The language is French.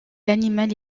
l’animal